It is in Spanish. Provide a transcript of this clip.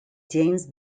james